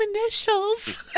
initials